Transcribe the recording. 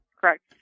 correct